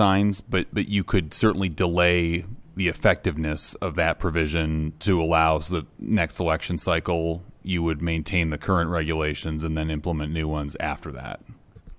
signs but that you could certainly delay the effectiveness of that provision to allow the next election cycle you would maintain the current regulations and then implement new ones after that